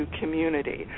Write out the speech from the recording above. community